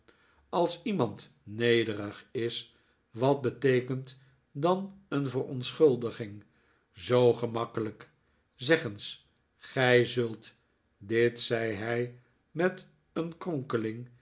als iemand nederig is wat beteekent dan een verontschuldiging zoo gemakkelijk zeg eens gij zult dit zei hij met een